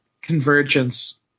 convergence